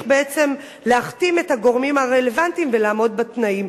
בעצם להחתים את הגורמים הרלוונטיים ולעמוד בתנאים.